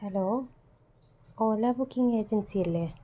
hello Pala booking agency അല്ലേ